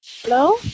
Hello